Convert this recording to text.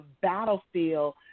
battlefield